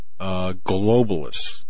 globalists